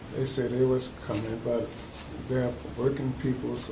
they say they was coming, but they yeah working people,